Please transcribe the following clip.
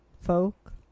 folk